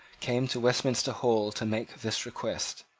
came to westminster hall to make this request.